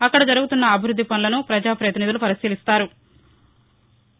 అక్కడ జరుగుతున్న అభివృద్ది పనులను ప్రజా పతినిధులు పరిశీలిస్తారు